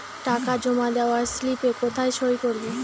টাকা জমা দেওয়ার স্লিপে কোথায় সই করব?